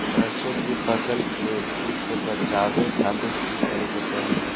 सरसों की फसल के कीट से बचावे खातिर की करे के चाही?